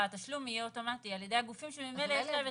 שהתשלום יהיה אוטומטי על ידי הגופים שממילא יש להם את המידע.